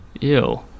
ew